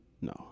No